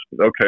Okay